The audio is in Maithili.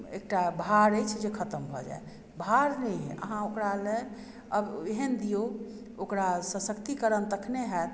एकटा भार अछि जे खतम भऽ जायत भार नहि अछि अहाँ ओकरा लए एहन दियौ ओकरा सशक्तिकरण तखने होयत